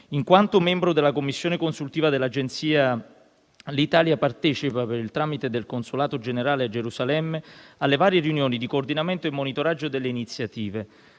In quanto membro della Commissione consultiva dell'Agenzia, l'Italia partecipa, per il tramite del Consolato generale a Gerusalemme, alle varie riunioni di coordinamento e monitoraggio delle iniziative.